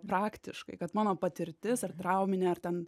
praktiškai kad mano patirtis ar trauminė ar ten